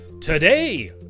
Today